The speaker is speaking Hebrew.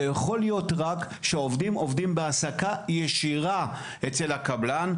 זה יכול להיות רק כאשר העובדים עובדים בהעסקה ישירה אצל הקבלן,